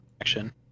action